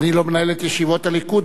אני לא מנהל את ישיבות הליכוד,